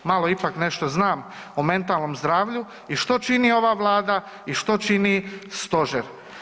Malo ipak nešto znam o mentalnom zdravlju, i što čini ova Vlada i što čini stožer.